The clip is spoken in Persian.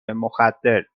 مخدر